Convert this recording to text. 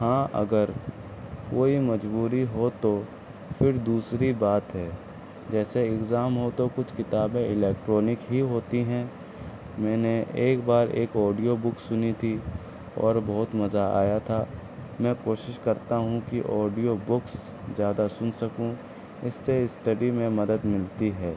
ہاں اگر کوئی مجبوری ہو تو پھر دوسری بات ہے جیسے ایگزام ہو تو کچھ کتابیں الیکٹرانک ہی ہوتی ہیں میں نے ایک بار ایک آڈیو بک سنی تھی اور بہت مزہ آیا تھا میں کوشش کرتا ہوں کہ آڈیو بکس زیادہ سن سکوں اس سے اسٹڈی میں مدد ملتی ہے